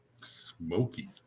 Smoky